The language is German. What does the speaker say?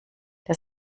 der